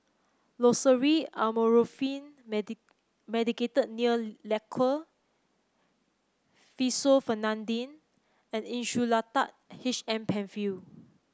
Loceryl Amorolfine Medicated Nail Lacquer Fexofenadine and Insulatard H M Penfill